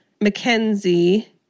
Mackenzie